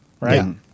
right